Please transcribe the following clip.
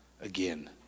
again